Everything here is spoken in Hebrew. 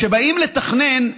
כשבאים לתכנן.